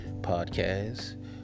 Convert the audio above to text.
podcasts